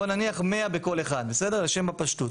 בוא נניח 100 בכל אחד לשם הפשטות.